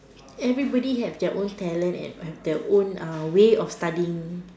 everybody have their own talent and have their own uh way of studying